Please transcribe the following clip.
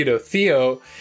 Theo